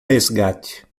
resgate